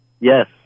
Yes